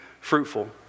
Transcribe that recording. fruitful